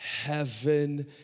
heaven